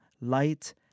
light